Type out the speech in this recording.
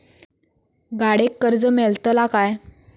गाडयेक कर्ज मेलतला काय?